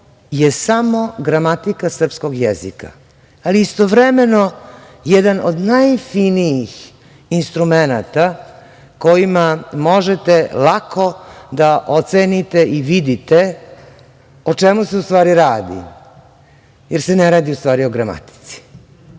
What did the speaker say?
je samo gramatika srpskog jezika. Ali, istovremeno jedan od najfinijih instrumenata kojima možete lako da ocenite i vidite o čemu se u stvari radi, jer se ne radi u stvari o gramatici.